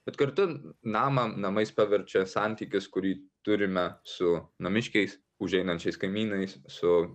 bet kartu namą namais paverčia santykius kurį turime su namiškiais užeinančiais kaimynais su